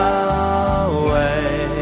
away